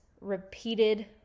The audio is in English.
repeated